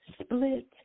split